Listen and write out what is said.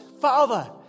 Father